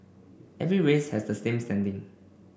every race has the same standing